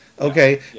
Okay